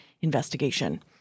investigation